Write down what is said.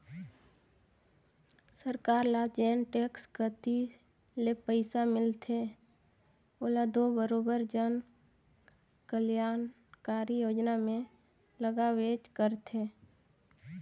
सरकार ल जेन टेक्स कती ले पइसा मिलथे ओला दो बरोबेर जन कलयानकारी योजना में लगाबेच करथे